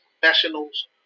professionals